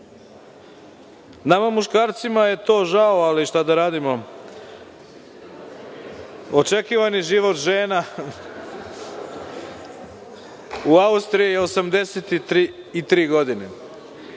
Nama muškarcima je žao, ali šta da radimo. Očekivani život žena u Austriji je 83 godine,